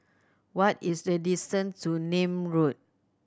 what is the distant to Nim Road